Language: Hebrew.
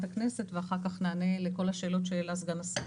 הכנסת ואחר כך נענה לכל השאלות שהעלה סגן השר.